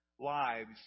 lives